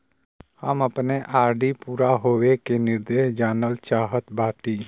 हम अपने आर.डी पूरा होवे के निर्देश जानल चाहत बाटी